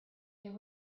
there